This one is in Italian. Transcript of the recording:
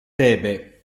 tebe